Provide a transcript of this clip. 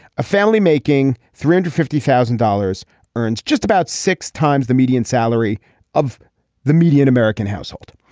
a family making three hundred fifty thousand dollars earns just about six times the median salary of the median american household.